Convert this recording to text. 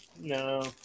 No